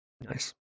Nice